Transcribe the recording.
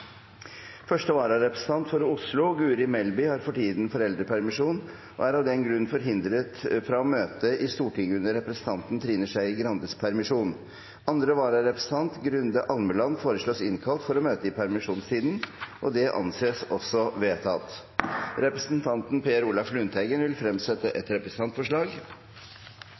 Første vararepresentant for Oslo, Guri Melby , har for tiden foreldrepermisjon og er av den grunn forhindret fra å møte i Stortinget under representanten Trine Skei Grandes permisjon. Andre vararepresentant, Grunde Almeland , innkalles for å møte i permisjonstiden. – Det anses vedtatt. Representanten Per Olaf Lundteigen vil fremsette et representantforslag.